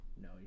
No